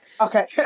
Okay